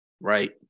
right